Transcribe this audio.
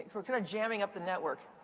we're kind of jamming up the network.